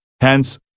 Hence